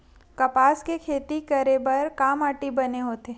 कपास के खेती करे बर का माटी बने होथे?